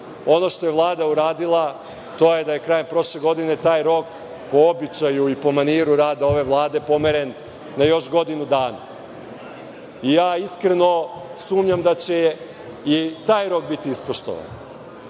što je Vlada uradila, to je da je krajem prošle godine taj rok, po običaju i po maniru rada ove Vlade, pomeren na još godinu dana. Ja iskreno sumnjam da će i taj rok biti ispoštovan,